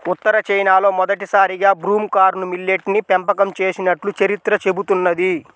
ఉత్తర చైనాలో మొదటిసారిగా broom corn millet ని పెంపకం చేసినట్లు చరిత్ర చెబుతున్నది